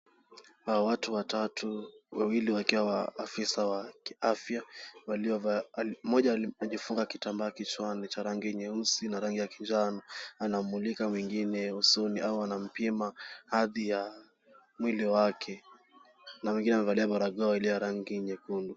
Watu watatu, wawili wakiwa ni maafisa wa kiafya waliovaa, mmoja amejifunga kitambaa kichwani cha rangi nyeusi na rangi ya kinjano anamulika mwingine usoni au anampima hadhi ya mwili wake na mwingine amevalia barakoa iliyo ya rangi nyekundu.